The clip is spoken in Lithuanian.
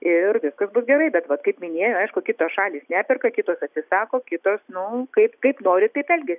ir viskas bus gerai bet vat kaip minėjau aišku kitos šalys neperka kitos atsisako kitos nu kaip kaip nori taip elgiasi